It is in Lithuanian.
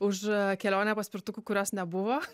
už kelionę paspirtuku kurios nebuvo